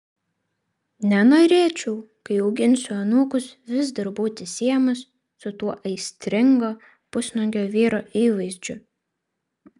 nenorėčiau kai auginsiu anūkus vis dar būti siejamas su tuo aistringo pusnuogio vyro įvaizdžiu